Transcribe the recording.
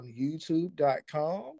YouTube.com